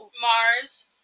Mars